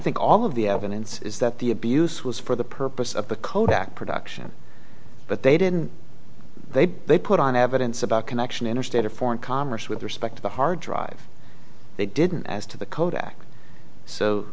think all of the evidence is that the abuse was for the purpose of the kodak production but they didn't they they put on evidence about connection interstate or foreign commerce with respect to the hard drive they didn't as to the kodak so